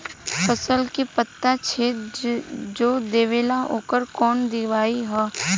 फसल के पत्ता छेद जो देवेला ओकर कवन दवाई ह?